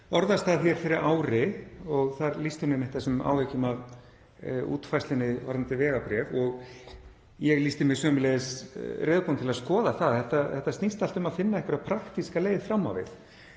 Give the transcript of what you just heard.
orðastað hér fyrir ári og þar lýsti hún einmitt þessum áhyggjum að útfærslunni varðandi vegabréf og ég lýsti mig sömuleiðis reiðubúinn til að skoða það. Þetta snýst allt um að finna einhverja praktíska leið fram á við.